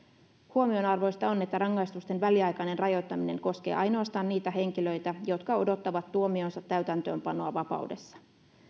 huomionarvoista on että rangaistusten väliaikainen rajoittaminen koskee ainoastaan niitä henkilöitä jotka odottavat tuomionsa täytäntöönpanoa vapaudessa